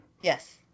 Yes